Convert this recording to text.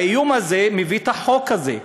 האיום הזה מביא את החוק הזה.